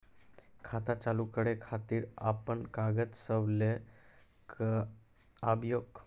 खाता चालू करै खातिर आपन कागज सब लै कऽ आबयोक?